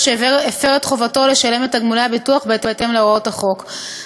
שהפר את חובתו לשלם את תגמולי הביטוח בהתאם להוראות החוק.